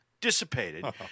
dissipated